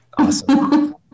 Awesome